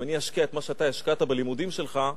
אם אני אשקיע את מה שאתה השקעת בלימודים שלך,